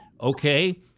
Okay